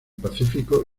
pacífico